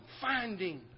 finding